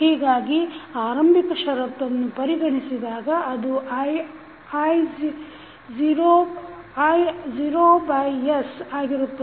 ಹೀಗಾಗಿ ಆರಂಭಿಕ ಷರತ್ತನ್ನು ಪರಿಗಣಿಸಿದಾಗ ಅದು is ಆಗಿರುತ್ತದೆ